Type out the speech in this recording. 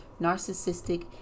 narcissistic